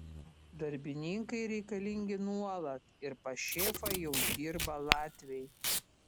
darbininkai reikalingi nuolat ir pas šefą jau dirba latviai